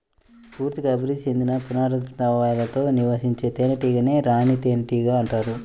పూర్తిగా అభివృద్ధి చెందిన పునరుత్పత్తి అవయవాలతో నివసించే తేనెటీగనే రాణి తేనెటీగ అంటారు